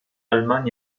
allemagne